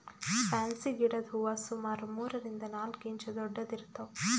fancy ಗಿಡದ್ ಹೂವಾ ಸುಮಾರ್ ಮೂರರಿಂದ್ ನಾಲ್ಕ್ ಇಂಚ್ ದೊಡ್ಡದ್ ಇರ್ತವ್